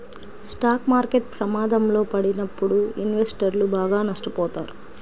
stock market ప్రమాదంలో పడినప్పుడు ఇన్వెస్టర్లు బాగా నష్టపోతారు